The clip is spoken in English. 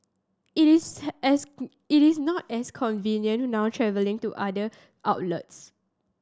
it is as it is not as convenient now travelling to other outlets